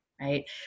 right